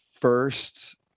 first